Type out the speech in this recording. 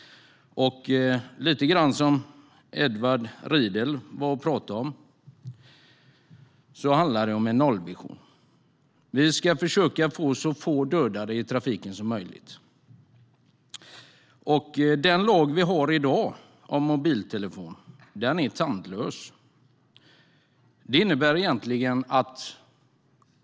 Som Edward Riedl sa handlar det om en nollvision. Vi ska försöka att få så få dödade i trafiken som möjligt. Den lag om mobiltelefoner som vi har i dag är tandlös.